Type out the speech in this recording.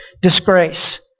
disgrace